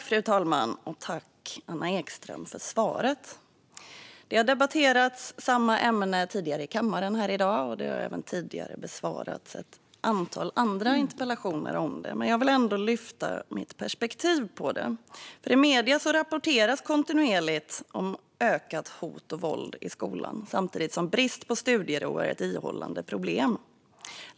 Fru talman! Tack, Anna Ekström, för svaret! Samma ämne har debatterats tidigare i dag här i kammaren, och även ett antal interpellationer har besvarats tidigare. Jag vill ändå lyfta fram mitt perspektiv på ämnet. I medierna rapporteras kontinuerligt om ökat hot och våld i skolan samtidigt som brist på studiero är ett ihållande problem.